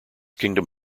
kingdom